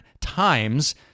times